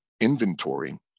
inventory